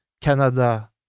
Canada